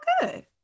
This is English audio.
good